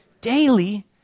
Daily